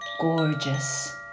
gorgeous